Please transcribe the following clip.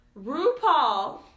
RuPaul